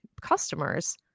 customers